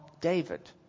David